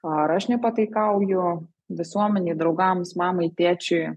ar aš nepataikauju visuomenei draugams mamai tėčiui